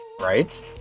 right